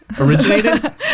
originated